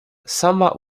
sama